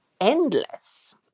endless